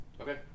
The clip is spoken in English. okay